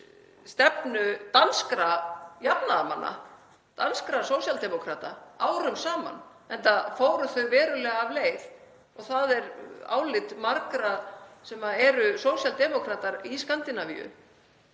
stefnu danskra jafnaðarmanna, danskra sósíaldemókrata, árum saman, enda fóru þau verulega af leið. Það er álit margra sem eru sósíaldemókratar í Skandinavíu